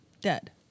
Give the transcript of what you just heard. dead